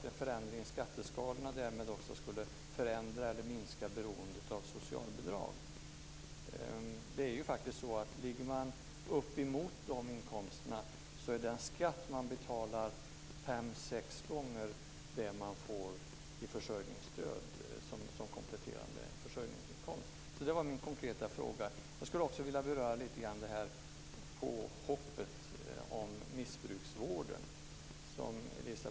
En förändring i skatteskalorna skulle därmed förändra eller minska beroendet av socialbidrag. Ligger man i närheten av det inkomstläget är den skatt som man betalar fem sex gånger det som man får som kompletterande försörjningsstöd. Jag vill också beröra påhoppet angående missbruksvården.